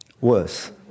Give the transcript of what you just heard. Worse